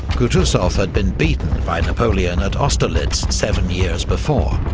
kutuzov had been beaten by napoleon at austerlitz seven years before,